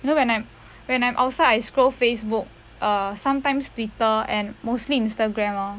you know when I'm when I'm outside scroll Facebook err sometimes Twitter and mostly Instagram lor